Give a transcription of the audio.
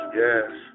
yes